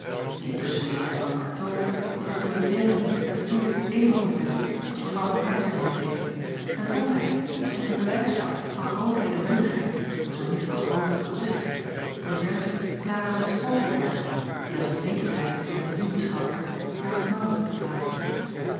ntusschen wist hij van atoo dat de ouairière het huwelijk evengoed wenschte als w van ardestein het deed en vond hij dat zij een bewijs gaf van groote edelmoedigheid zoo niet van groote gerustheid door juist lara van porkelberghe die als een medevrijster van ettemie beschouwd werd naast aurits te plaatsen